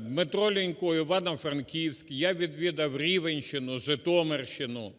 Дмитро Лінько – Івано-Франківськ, я відвідав Рівненщину, Житомирщину.